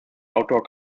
outdoor